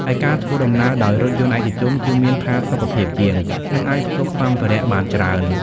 ឯការធ្វើដំណើរដោយរថយន្តឯកជនគឺមានផាសុកភាពជាង និងអាចផ្ទុកសម្ភារៈបានច្រើន។